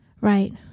Right